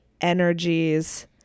energies